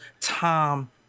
Tom